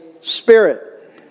Spirit